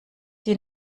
sie